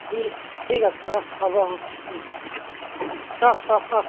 ঠিক আছে অঁ হ'ব অঁ অঁ অঁ অঁ